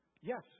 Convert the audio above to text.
yes